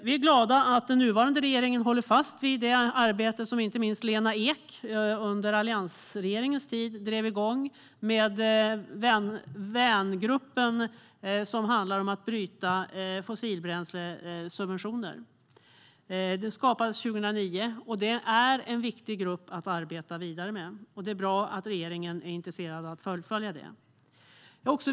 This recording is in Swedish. Vi är glada att den nuvarande regeringen håller fast vid det arbete som inte minst Lena Ek under alliansregeringens tid drog igång med vängruppen och som handlar om att fasa ut fossilbränslesubventioner. Det startades 2009 och är viktigt att arbeta vidare med. Det är bra att regeringen är intresserad av att fullfölja det.